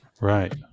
right